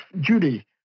Judy